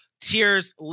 Tears